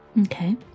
Okay